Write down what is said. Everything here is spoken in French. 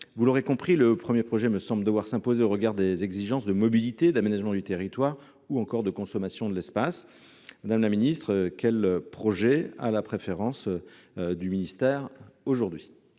Vous l’aurez compris, le premier projet me semble devoir s’imposer au regard des exigences de mobilité, d’aménagement du territoire ou encore de consommation de l’espace. Madame la ministre, quel projet a aujourd’hui la préférence du ministère de